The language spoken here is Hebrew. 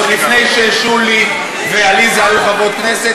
עוד לפני ששולי ועליזה היו חברות כנסת,